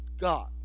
God